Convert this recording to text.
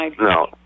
no